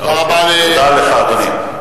תודה לך, אדוני.